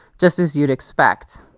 just as you'd expect.